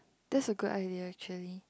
that's a good idea actually